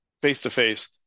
face-to-face